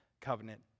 covenant